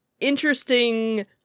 interesting